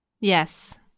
Yes